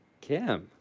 Kim